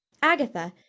agatha,